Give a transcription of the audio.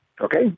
Okay